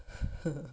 !huh!